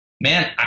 man